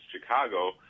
chicago